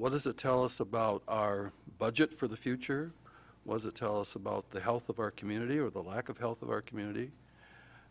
what does that tell us about our budget for the future was it tell us about the health of our community or the lack of health of our community